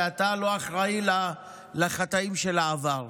ואתה לא אחראי לחטאים של העבר,